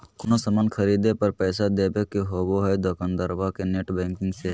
कोनो सामान खर्दे पर पैसा देबे के होबो हइ दोकंदारबा के नेट बैंकिंग से